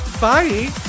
Bye